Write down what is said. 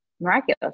miraculous